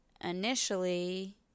initially